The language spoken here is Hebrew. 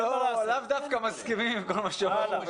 הם לאו דווקא מסכימים עם כל מה שהוא אומר.